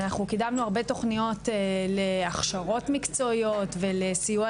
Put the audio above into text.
קידמנו הרבה תוכניות להכשרות מקצועיות וסיוע